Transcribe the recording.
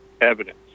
evidence